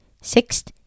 Sixth